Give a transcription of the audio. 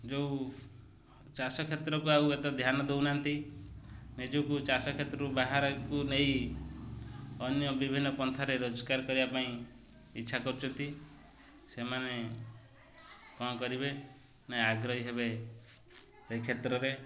ଯେଉଁ ଚାଷ କ୍ଷେତ୍ରକୁ ଆଉ ଏତେ ଧ୍ୟାନ ଦେଉନାହାନ୍ତି ନିଜକୁ ଚାଷ କ୍ଷେତ୍ର ବାହାରକୁ ନେଇ ଅନ୍ୟ ବିଭିନ୍ନ ପନ୍ଥାରେ ରୋଜଗାର କରିବା ପାଇଁ ଇଚ୍ଛା କରୁଛନ୍ତି ସେମାନେ କ'ଣ କରିବେ ନା ଆଗ୍ରହୀ ହେବେ ଏ କ୍ଷେତ୍ରରେ